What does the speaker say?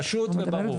פשוט וברור.